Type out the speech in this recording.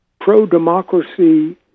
pro-democracy